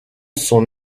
son